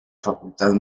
facultad